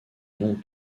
nom